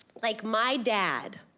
like, my dad.